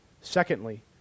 Secondly